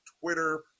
Twitter